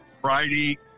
Friday